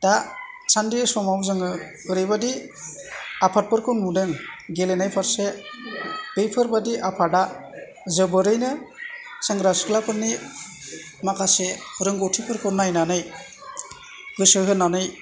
दासान्दि समाव जोङो ओरैबादि आफादफोरखौ नुदों गेलेनाय फारसे बैफोरबादि आफादा जोबोरैनो सेंग्रा सिख्लाफोरनि माखासे रोंगौथिफोरखौ नायनानै गोसो होनानै